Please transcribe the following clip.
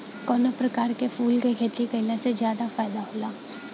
कवना प्रकार के फूल के खेती कइला से ज्यादा फायदा होला?